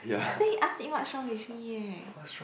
then he ask me what's wrong with me eh